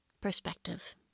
perspective